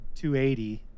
280